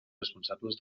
responsables